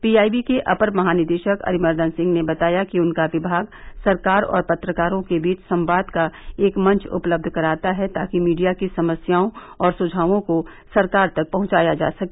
PIB के अपर महानिदेशक अरिमर्दन सिंह ने बताया कि उनका विभाग सरकार और पत्रकारों के बीच संवाद का एक मंच उपलब्ध कराता है ताकि मीडिया की समस्याओं और सुझायों को सरकार तक पहुंचाया जा सके